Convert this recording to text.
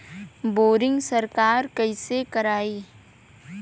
Boring सरकार कईसे करायी?